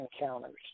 encounters